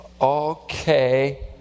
Okay